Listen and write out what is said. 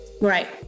Right